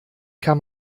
kann